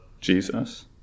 Jesus